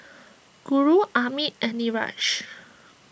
Guru Amit and Niraj